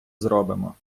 зробимо